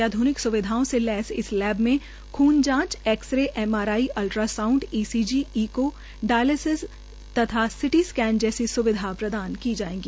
आध्निक स्विधाओं से लैस इस लैब में खून जांच X ray MRI ultrasound ECE echo dialysis CT scan की सुविधा प्रदान की जायेगी